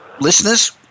Listeners